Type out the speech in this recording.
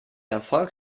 erfolg